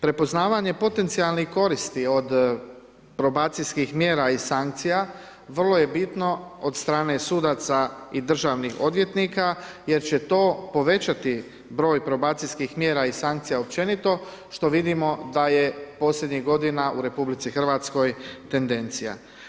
Prepoznavanje potencijalnih koristi od probacijskih mjera i sankcija, vrlo je bitno od strane sudaca i državnih odvjetnika jer će to povećati broj … mjera i sankcija općenito, što vidimo da je posljednjih g. u RH tendencija.